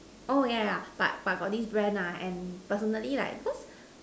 oh yeah yeah yeah but for this brand nah and personally like cause